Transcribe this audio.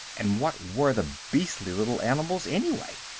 and what were the beastly little animals, anyway?